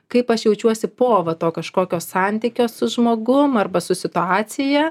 kaip aš jaučiuosi po va to kažkokio santykio su žmogum arba su situacija